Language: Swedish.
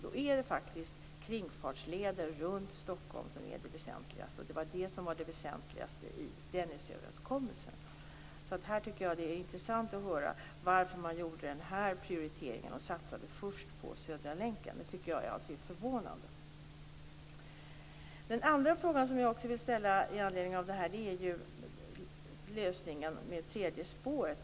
Då är det faktiskt kringfartsleder runt Stockholm som är det väsentligaste. Det var det som var det väsentligaste i Dennisöverenskommelsen. Jag tycker att det vore intressant att höra varför man gjorde den här prioriteringen och satsade först på Södra länken. Det tycker jag alltså är förvånande. Den andra frågan som jag också vill ställa med anledning av den här debatten gäller lösningen för tredje spåret.